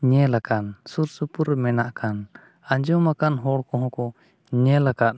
ᱧᱮᱞ ᱟᱠᱟᱱ ᱥᱩᱨᱼᱥᱩᱯᱩᱨ ᱨᱮ ᱢᱮᱱᱟᱜ ᱟᱠᱟᱱ ᱟᱸᱡᱚᱢ ᱟᱠᱟᱱ ᱦᱚᱲ ᱠᱚᱦᱚᱸ ᱠᱚ ᱧᱮᱞ ᱟᱠᱟᱫ